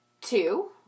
Two